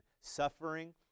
suffering